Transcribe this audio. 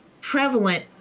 prevalent